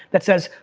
that says,